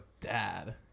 dad